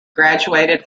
graduated